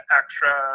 extra